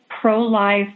pro-life